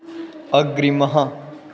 अग्रिमः